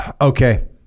Okay